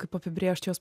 kaip apibrėžt jos